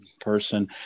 person